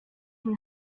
can